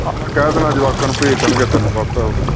ਆਪਾਂ ਕਹਿ ਦੇਣਾ ਜਵਾਕਾਂ ਨੂੰ ਭੇਜ ਦੇਣਗੇ ਤੈਨੂੰ ਵਟਸਐਪ 'ਤੇ